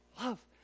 love